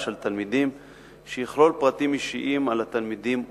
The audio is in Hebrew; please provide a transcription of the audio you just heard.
על תלמידים שיכלול פרטים אישיים על התלמידים ומשפחותיהם.